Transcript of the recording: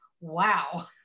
wow